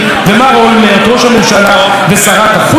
ושרת החוץ שלו בעצם פרצו את הסכר,